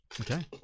Okay